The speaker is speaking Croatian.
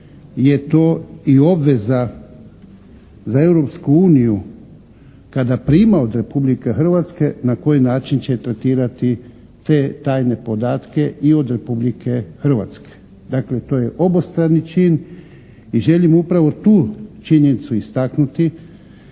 je to i obveza za Europsku uniju, kada prima od Republike Hrvatske na koji način će tretirati te tajne podatke i od Republike Hrvatske. Dakle, to je obostrani čin i želim upravo tu činjenicu istaknuti